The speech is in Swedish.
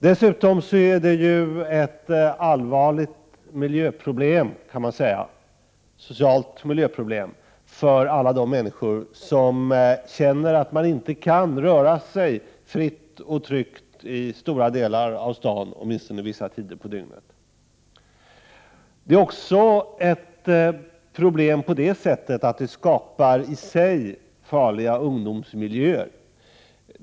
Dessutom är våldet ett allvarligt socialt miljöproblem för alla de människor som känner att de inte vågar röra sig fritt och tryggt i stora delar av staden — åtminstone vissa tider på dygnet. Det är också ett problem eftersom det i sig skapar farliga ungdomsmiljöer.